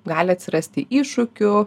gali atsirasti iššūkių